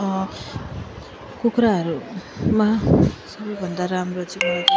कुखुराहरूमा सबभन्दा राम्रो चाहिँ